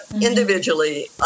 individually